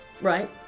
Right